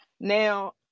Now